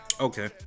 Okay